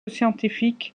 scientifique